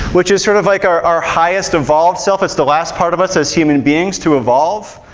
which is sort of like our our highest evolved self, it's the last part of us as human beings to evolve,